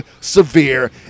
severe